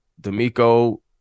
D'Amico